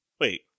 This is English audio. Wait